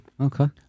okay